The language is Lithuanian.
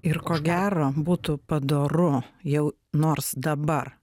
ir ko gero būtų padoru jau nors dabar